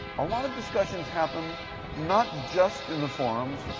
a lot of discussions happen not just in the forums,